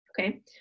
okay